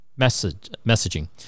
messaging